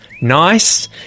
nice